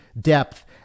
depth